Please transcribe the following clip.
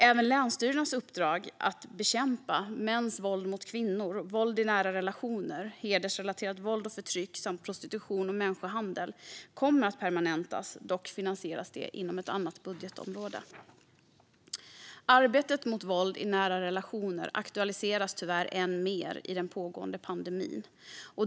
Även länsstyrelsernas uppdrag att bekämpa mäns våld mot kvinnor, våld i nära relationer, hedersrelaterat våld och förtryck samt prostitution och människohandel kommer att permanentas. Dock finansieras detta inom ett annat budgetområde. Arbetet mot våld i nära relationer aktualiseras tyvärr än mer i den pågående pandemin.